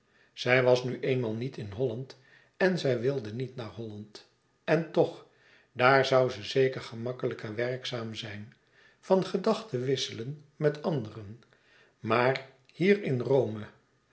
zij was nu eenmaal niet in holland en zij wilde niet naar holland en toch daar zoû ze zeker gemakkelijker werkzaam zijn van gedachte wisselen met anderen maar hier in rome